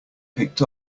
picked